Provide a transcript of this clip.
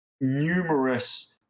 numerous